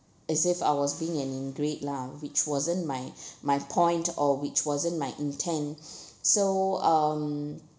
as if I was being an ingrate lah which wasn't my my point or which wasn't my intent so um